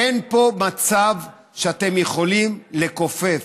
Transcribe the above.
אין פה מצב שאתם יכולים לכופף.